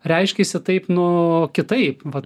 reiškėsi taip nu kitaip vat